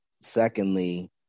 Secondly